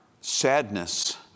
sadness